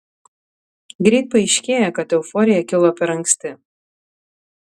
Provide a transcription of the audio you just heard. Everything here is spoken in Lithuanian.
greit paaiškėja kad euforija kilo per anksti